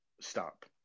stop